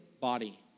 body